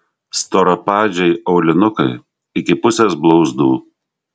storapadžiai aulinukai iki pusės blauzdų